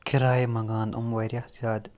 کِراے منٛگان یِم واریاہ زیادٕ